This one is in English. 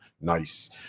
nice